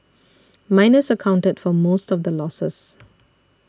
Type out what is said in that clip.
miners accounted for most of the losses